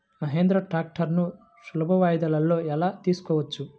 మహీంద్రా ట్రాక్టర్లను సులభ వాయిదాలలో ఎలా తీసుకోవచ్చు?